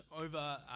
over